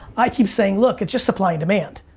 i keep saying, look, it's just supply and demand.